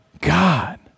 God